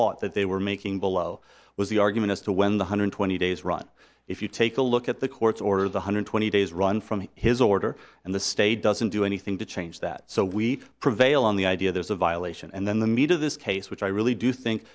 thought that they were making below was the argument as to when the hundred twenty days run if you take a look at the court's order the hundred twenty days run from his order and the state doesn't do anything to change that so we prevail on the idea there's a violation and then the meat of this case which i really do think